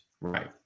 Right